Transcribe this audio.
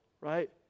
right